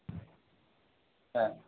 হ্যাঁ